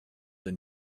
the